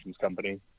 company